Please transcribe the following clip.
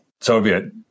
Soviet